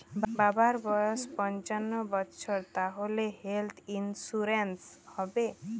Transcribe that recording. বাবার বয়স পঞ্চান্ন বছর তাহলে হেল্থ ইন্সুরেন্স হবে?